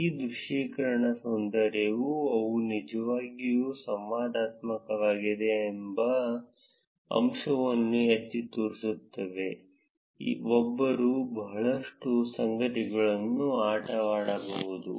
ಈ ದೃಶ್ಯೀಕರಣಗಳ ಸೌಂದರ್ಯವು ಅವು ನಿಜವಾಗಿಯೂ ಸಂವಾದಾತ್ಮಕವಾಗಿವೆ ಎಂಬ ಅಂಶವನ್ನು ಎತ್ತಿ ತೋರಿಸುತ್ತದೆ ಒಬ್ಬರು ಬಹಳಷ್ಟು ಸಂಗತಿಗಳೊಂದಿಗೆ ಆಟವಾಡಬಹುದು